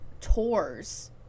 tours